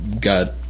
got